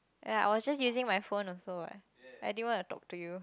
ya I was just using my phone also what I didn't want to talk to you